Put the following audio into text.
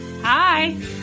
hi